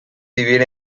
vivir